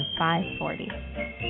540